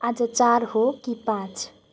आज चार हो कि पाँच